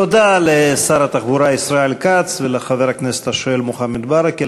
תודה לשר התחבורה ישראל כץ ולחבר הכנסת השואל מוחמד ברכה.